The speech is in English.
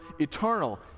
eternal